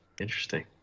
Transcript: Interesting